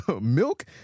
milk